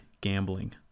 gambling